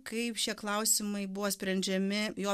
kaip šie klausimai buvo sprendžiami jo